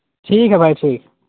ٹھیک ہے بھائی ٹھیک